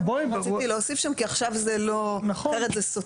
רציתי להוסיף שם, כי אחרת זה סותר.